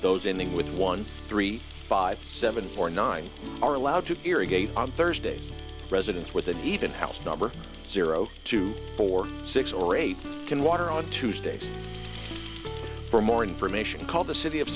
those in the which one three five seven or nine are allowed to irrigate on thursday residents with the even house number zero two four six or eight can water on tuesdays for more information call the city of